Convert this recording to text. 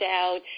out